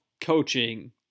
coaching